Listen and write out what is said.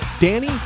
Danny